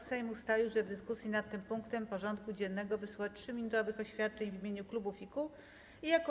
Sejm ustalił, że w dyskusji nad tym punktem porządku dziennego wysłucha 3-minutowych oświadczeń w imieniu klubów i kół.